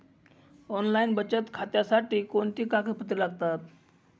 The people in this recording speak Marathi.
ऑनलाईन बचत खात्यासाठी कोणती कागदपत्रे लागतात?